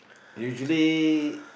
usually